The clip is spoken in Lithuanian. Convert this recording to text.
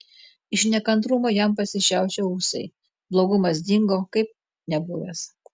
iš nekantrumo jam pasišiaušė ūsai blogumas dingo kaip nebuvęs